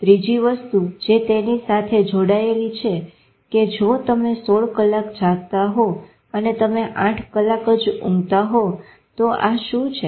ત્રીજી વસ્તુ જે તેની સાથે જોડાયેલી છે કે જો તમે 16 કલાક જાગતા હો અને તમે 8 કલાક જ ઊંઘતા હોવ તો આ શું છે